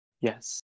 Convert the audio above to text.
yes